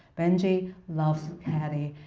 benjy loves caddy,